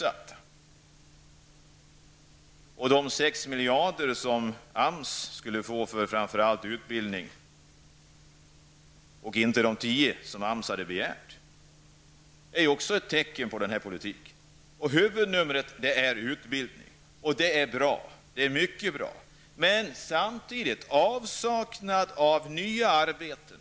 Att AMS får 6 miljarder i stället för begärda 10 miljarder för framför allt utbildning är också ett tecken på denna politik. Huvudnumret är utbildning, och det är mycket bra. Samtidigt är det en avsaknad på nya arbeten.